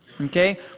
Okay